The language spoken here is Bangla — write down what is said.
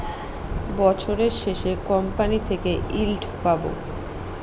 বছরের শেষে কোম্পানি থেকে ইল্ড পাবো